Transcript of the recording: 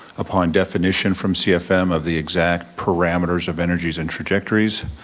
upon definition from cfm of the exact parameters of energies and trajectories,